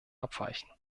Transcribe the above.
abweichen